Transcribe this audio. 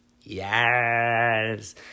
Yes